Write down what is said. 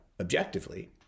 objectively